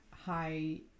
high